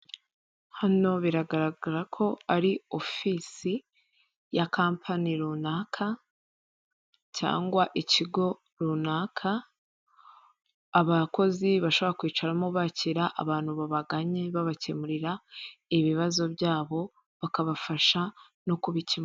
Hano biragaragara ko ari ofisi ya kampani runaka, cyangwa ikigo runaka, abakozi bashobora kwicaramo bakira abantu babagannye babakemurira ibibazo byabo, bakabafasha no kubikemura.